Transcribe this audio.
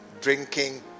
drinking